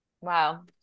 wow